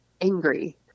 angry